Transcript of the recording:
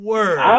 Word